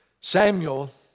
Samuel